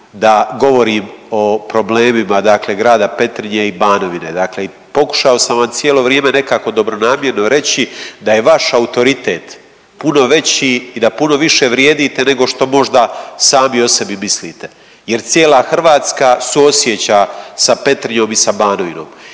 da govorim o problemima dakle Grada Petrinje i Banovine. Dakle i pokušao sam vam cijelo vrijeme nekako dobronamjerno reći da je vaš autoritet puno veći i da puno više vrijedite nego što možda sami o sebi mislite jer cijela Hrvatska suosjeća sa Petrinjom i sa Banovinom.